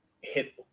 hit